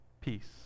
peace